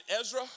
Ezra